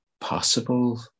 possible